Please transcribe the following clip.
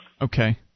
Okay